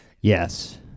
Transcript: Yes